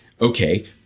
okay